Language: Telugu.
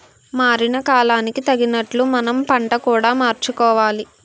మారిన కాలానికి తగినట్లు మనం పంట కూడా మార్చుకోవాలి